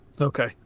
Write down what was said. Okay